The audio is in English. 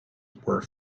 were